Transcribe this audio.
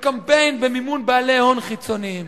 בקמפיין במימון בעלי הון חיצוניים.